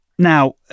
Now